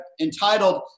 entitled